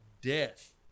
death